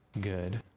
good